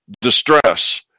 distress